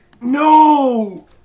No